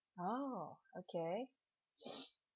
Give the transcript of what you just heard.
oh okay